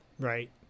Right